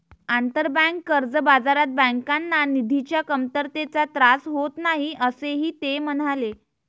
आंतरबँक कर्ज बाजारात बँकांना निधीच्या कमतरतेचा त्रास होत नाही, असेही ते म्हणाले